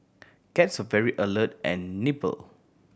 cats are very alert and nimble